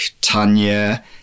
Tanya